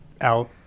out